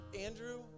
Andrew